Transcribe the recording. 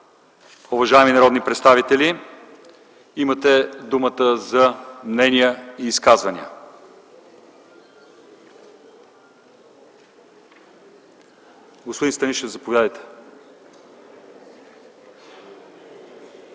Уважаеми народни представители, имате думата за мнения и изказвания. Господин Станишев, заповядайте.